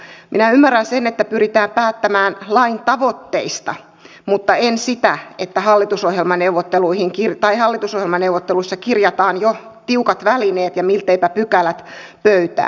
minä ymmärrän sen että pyritään päättämään lain tavoitteista mutta en sitä että hallitusohjelmaneuvotteluissa kirjataan jo tiukat välineet ja milteipä pykälät pöytään